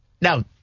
Now